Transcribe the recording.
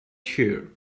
here